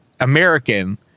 American